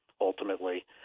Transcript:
ultimately